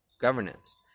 governance